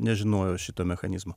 nežinojau šito mechanizmo